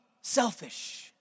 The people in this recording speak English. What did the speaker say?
selfish